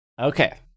Okay